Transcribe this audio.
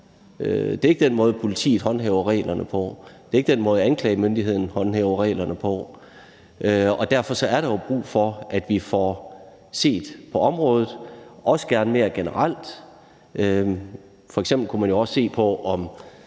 Det er ikke den måde, politiet håndhæver reglerne på. Det er ikke den måde, anklagemyndigheden håndhæver reglerne på. Derfor er der brug for, at vi får set på området, også gerne mere generelt. F.eks. kunne man jo også se på, om